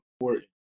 important